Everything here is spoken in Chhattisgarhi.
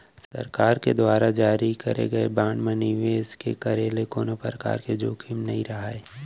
सरकार के दुवार जारी करे गे बांड म निवेस के करे ले कोनो परकार के जोखिम नइ राहय